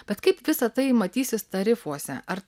bet kaip visa tai matysis tarifuose ar